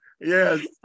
Yes